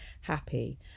happy